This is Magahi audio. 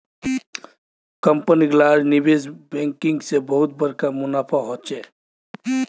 कंपनी लार निवेश बैंकिंग से बहुत बड़का मुनाफा होचे